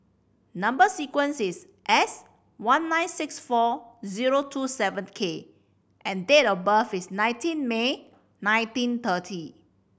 number sequence is S one nine six four zero two seven K and date of birth is nineteen May nineteen thirty